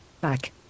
Back